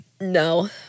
No